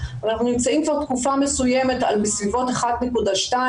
אבל אנחנו נמצאים כבר תקופה מסוימת בסביבות 1.2,